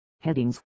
headings